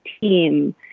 team